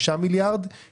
חסכנו לכם את זה במצגת,